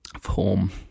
Form